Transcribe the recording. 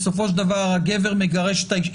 בסופו של דבר הגבר מגרש את האישה.